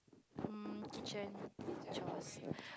um kitchen is a chores